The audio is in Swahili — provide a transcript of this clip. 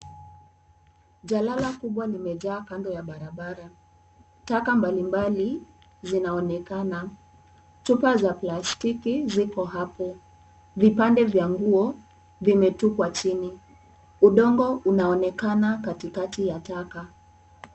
Jaala kubwa limejaa kando ya barabara. Taka mbalimbali zinaonekana. Chupa za plastiki ziko hapo. Vipande vya nguo vimetupwa chini. Udongo unaonekana katikati ya taka.